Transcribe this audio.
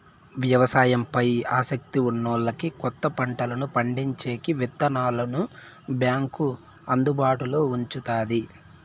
వ్యవసాయం పై ఆసక్తి ఉన్నోల్లకి కొత్త పంటలను పండించేకి విత్తనాలను బ్యాంకు అందుబాటులో ఉంచుతాది